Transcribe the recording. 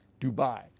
Dubai